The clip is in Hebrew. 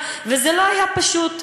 וזה לא היה פשוט.